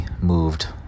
moved